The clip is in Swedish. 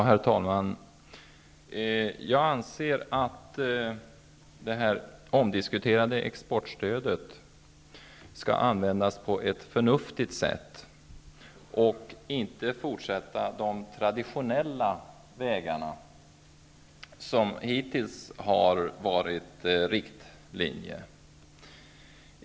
Herr talman! Jag anser att det omdiskuterade exportstödet skall användas på ett förnuftigt sätt och inte fortsätta på de traditionella vägarna, som hittills har varit riktlinjen.